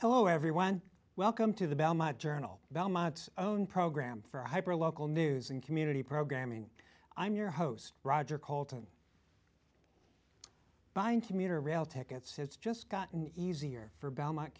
hello everyone welcome to the journal belmont's own program for hyper local news and community programming i'm your host roger colton buying commuter rail tickets has just gotten easier for belmont